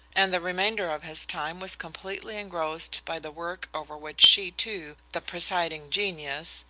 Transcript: and the remainder of his time was completely engrossed by the work over which she, too, the presiding genius,